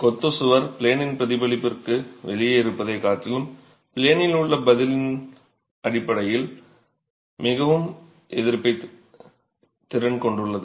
கொத்துச் சுவர் ப்ளேனின் பிரதிபலிப்பிற்கு வெளியே இருப்பதைக் காட்டிலும் ப்ளேனில் உள்ள பதிலின் அடிப்படையில் மிகவும் எதிர்ப்புத் திறன் கொண்டது